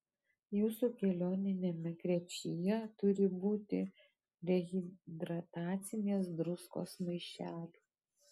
jūsų kelioniniame krepšyje turi būti rehidratacinės druskos maišelių